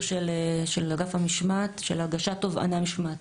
של אגף המשמעת של הגשת תובענה משמעתית.